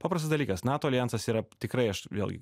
paprastas dalykas nato aljansas yra tikrai aš vėlgi